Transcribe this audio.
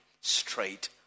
straight